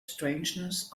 strangeness